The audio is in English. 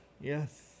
Yes